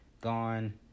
gone